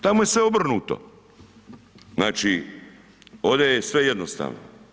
Tamo je sve obrnuto, znači ovdje je sve jednostavno.